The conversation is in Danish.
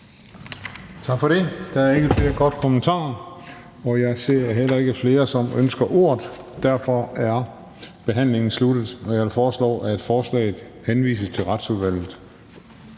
Tak for det. Der er ikke flere korte bemærkninger, og jeg ser heller ikke flere, som ønsker ordet. Derfor er forhandlingen sluttet. Jeg foreslår, at forslaget til folketingsbeslutning